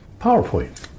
powerpoint